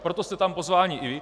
Proto jste tam pozváni i vy.